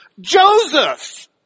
Joseph